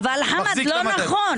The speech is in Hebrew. חמד, זה לא נכון.